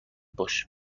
باش